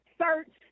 search